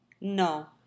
No